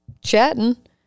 chatting